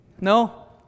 No